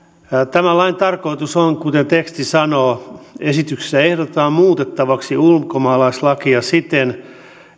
tämän lain tarkoitus on kuten teksti sanoo esityksessä ehdotetaan muutettavaksi ulkomaalaislakia siten